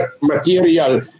material